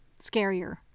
Scarier